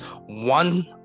one